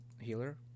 Healer